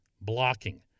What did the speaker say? blocking